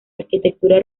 arquitectura